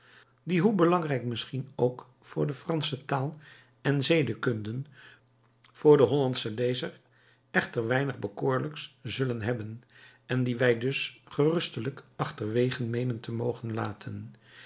die hoe belangrijk misschien ook voor de fransche taal en zedenkunde voor den hollandschen lezer echter weinig bekoorlijks zullen hebben en die wij dus gerustelijk achterwege meenen te mogen laten